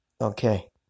okay